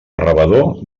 rebedor